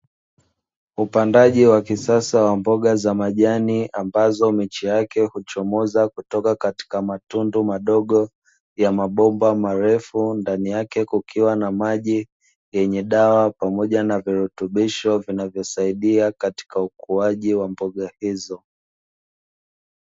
Upandaji wa kisasa wa mboga za majani ambazo miche yake huchomoza kutoka katika matundu madogo ya mabomba marefu ndani yake kukiwa na maji, yenye dawa pamoja na virutubisho vinavyosaidia katika ukuaji wa mboga hizo.